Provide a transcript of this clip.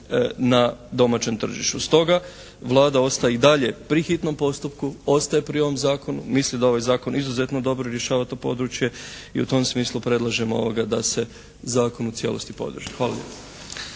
na domaćem tržištu. Stoga Vlada ostaje i dalje pri hitnom postupku, ostaje pri ovom Zakonu, misli da ovaj Zakon izuzetno dobro rješava to područje i u tom smislu predlažemo da se zakon u cijelosti podrži. Hvala